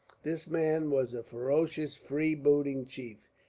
this man was a ferocious free-booting chief,